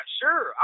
sure